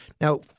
Now